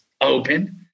open